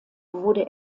wurde